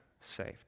saved